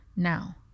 Now